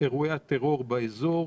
אירועי הטרור באזור,